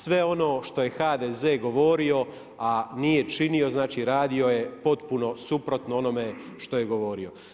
Sve ono što je HDZ govorio, a nije činio radio je potpuno suprotno onome što je govorio.